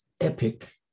epic